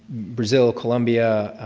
brazil, columbia,